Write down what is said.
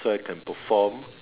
so I can perform